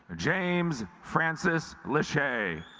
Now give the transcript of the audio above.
james francis lachey